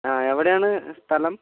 ആ എവിടെയാണ് സ്ഥലം